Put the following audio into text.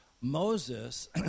Moses